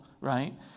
Right